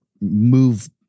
move